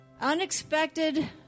unexpected